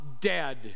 dead